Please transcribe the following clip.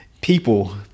people